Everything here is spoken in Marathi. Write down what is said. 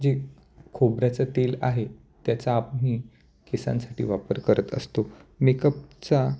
जे खोबऱ्याचं तेल आहे त्याचा आम्ही केसांसाठी वापर करत असतो मेकअपचा